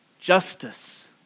Justice